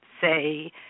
say